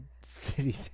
city